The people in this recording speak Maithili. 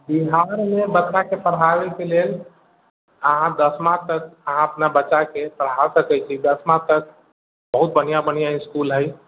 यहाँ बच्चाके पढ़ाबेके लेल अहाँ दशमा तक अहाँ अपना बच्चाके पढ़ा सकैत छी दशमा तक बहुत बढ़िआँ बढ़िआँ इसकुल हय